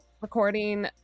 recording